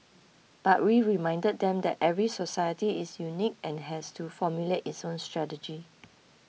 but we reminded them that every society is unique and has to formulate its own strategy